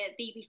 bbc